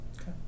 Okay